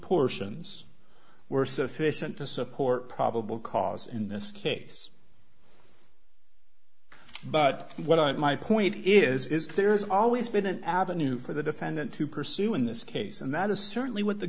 portions were sufficient to support probable cause in this case but what i my point is is there is always been an avenue for the defendant to pursue in this case and that is certainly what the